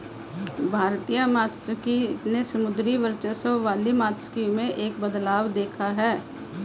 भारतीय मात्स्यिकी ने समुद्री वर्चस्व वाली मात्स्यिकी में एक बदलाव देखा है